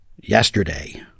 yesterday